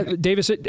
Davis